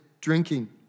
drinking